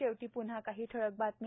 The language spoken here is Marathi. शेवटी पुन्हा काही ठळक बातम्या